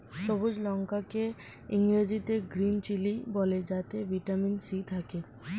সবুজ লঙ্কা কে ইংরেজিতে গ্রীন চিলি বলে যাতে ভিটামিন সি থাকে